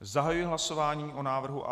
Zahajuji hlasování o návrhu A27.